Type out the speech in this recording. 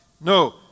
No